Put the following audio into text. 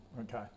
Okay